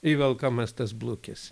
įvelkamas tas blukis